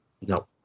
No